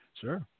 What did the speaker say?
Sure